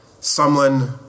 Sumlin